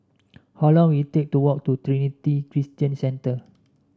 how long will it take to walk to Trinity Christian Centre